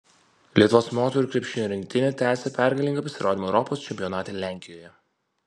lietuvos moterų krepšinio rinktinė tęsia pergalingą pasirodymą europos čempionate lenkijoje